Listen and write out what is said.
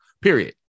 Period